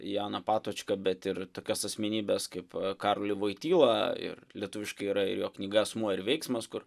janą patočką bet ir tokias asmenybes kaip karolį voitylą ir lietuviškai yra ir jo knyga asmuo ir veiksmas kur